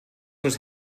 was